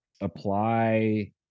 apply